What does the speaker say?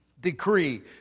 decree